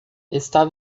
está